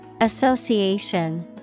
Association